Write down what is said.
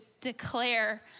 declare